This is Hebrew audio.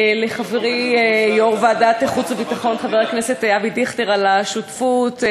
לחברי יו"ר ועדת החוץ והביטחון חבר הכנסת אבי דיכטר על השותפות,